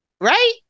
Right